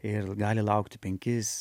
ir gali laukti penkis